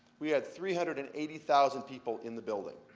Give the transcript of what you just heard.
we had three hundred and eighty thousand people in the building.